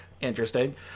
Interesting